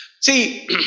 see